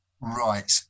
Right